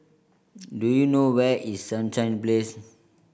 do you know where is Sunshine Place